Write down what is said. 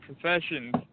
professions